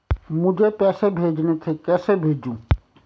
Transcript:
मुझे पैसे भेजने थे कैसे भेजूँ?